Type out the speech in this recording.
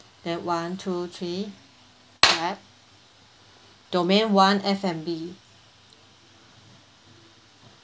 that one two three clap domain one F&B